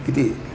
इति